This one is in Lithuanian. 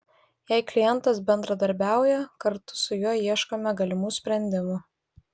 jei klientas bendradarbiauja kartu su juo ieškome galimų sprendimų